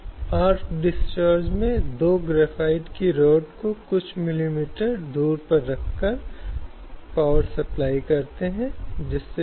और इस तरह अपने प्रभुत्व और अपनी श्रेष्ठता को बनाए रखते हैं चाहे वह सार्वजनिक क्षेत्र में हो या निजी क्षेत्र में